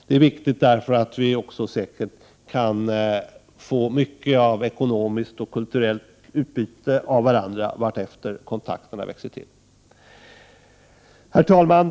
Det är viktigt därför att vi också säkert kan få mycket av ekonomiskt och kulturellt utbyte av varandra vartefter kontakterna växer. Herr talman!